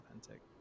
authentic